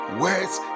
words